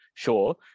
sure